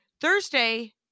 Thursday